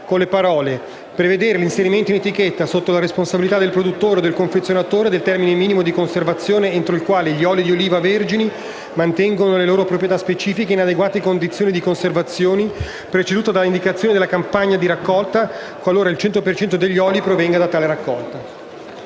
volte a prevedere l'inserimento in etichetta, sotto la responsabilità del produttore o del confezionatore, del termine minimo di conservazione entro il quale gli olî di oliva vergini mantengono le loro proprietà specifiche in adeguate condizioni di conservazione preceduta dalla indicazione della campagna di raccolta qualora il 100 per cento degli olî proviene da tale raccolta.